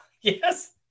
yes